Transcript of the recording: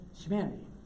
humanity